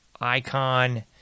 icon